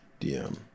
DM